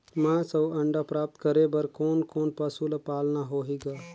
मांस अउ अंडा प्राप्त करे बर कोन कोन पशु ल पालना होही ग?